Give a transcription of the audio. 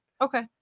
Okay